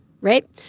right